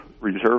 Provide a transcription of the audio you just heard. reserve